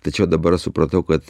tai čia dabar supratau kad